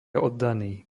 oddaný